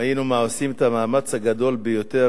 אם היינו עושים את המאמץ הגדול ביותר